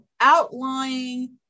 outlying